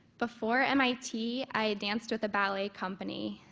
before mit, i danced with a ballet company.